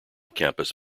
campus